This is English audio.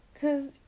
cause